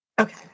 okay